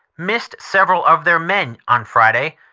missed several of their men on friday,